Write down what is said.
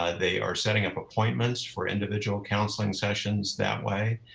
ah they are setting up appointments for individual counseling sessions that way.